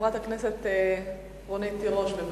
חברת הכנסת רונית תירוש, בבקשה.